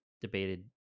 debated